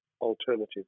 alternative